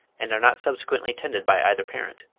and are not subsequently tended by either parent.